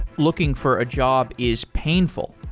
looking for a job is painful,